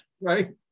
Right